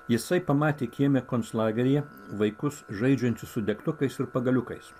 jisai pamatė kieme konclageryje vaikus žaidžiančius su degtukais ir pagaliukais